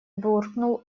буркнул